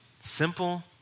Simple